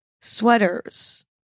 sweaters